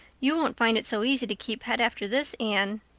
you won't find it so easy to keep head after this, anne.